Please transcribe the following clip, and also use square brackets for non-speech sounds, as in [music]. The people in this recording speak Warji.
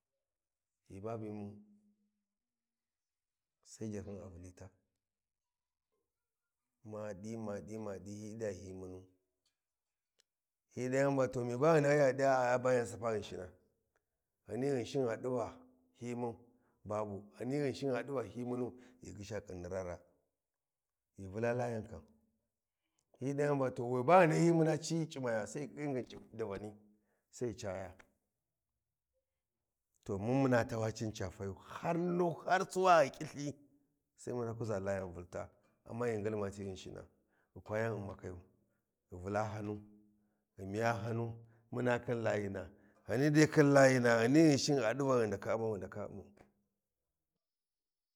Ghi ma bimu sai jarhyin a Vulita ma ɗi maɗi maɗi sai hyi ɗi va hyi munu, hyi ɗa yan Va mi ga ghi nahyiya sai ghi ɗi va a a bayan sapa Ghinshina, Ghani ghinshi gha ɗi va hyi mun babu ghani Ghinshin gha ɗi Va hyi munu ghi ghisha ƙhinni raa raa Ghi Vula layen kam hyi ɗayan to we ba ghi nahyi muna ci ci maya sai ghi [noise] ƙiƙƙi ngin davani sai ghi caya to mun muna tawa Ci ni cafa yu har nun har suwa gha ƙilthili sai muna kuʒa Layan Vulta, mai ngilma ti Ghinshina, ghi kwa yan Umma kaya ghi Vulahannu ghi miyahanu muna khin Layina ghani dai khin Layina ghani Ghinshin gha ɗi Va ghi naka ummau a ndaka ummau.